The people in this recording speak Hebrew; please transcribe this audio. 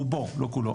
רובו לא כולו,